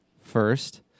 first